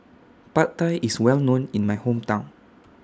Pad Thai IS Well known in My Hometown